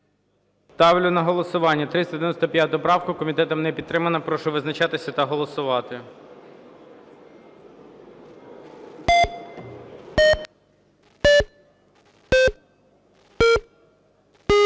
Ставлю на голосування 370 правку. Комітетом не підтримана. Прошу визначатися та голосувати.